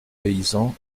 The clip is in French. paysan